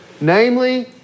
namely